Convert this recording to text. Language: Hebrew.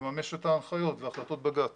לממש את ההנחיות והחלטות בג"צ